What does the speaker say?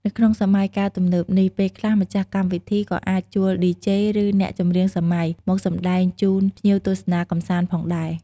នៅក្នុងសម័យកាលទំនើបនេះ ពេលខ្លះម្ចាស់កម្មវិធីក៏អាចជួល ឌីជេ ឬ អ្នកចម្រៀងសម័យ មកសម្ដែងជូនភ្ញៀវទស្សនាកំសាន្តផងដែរ។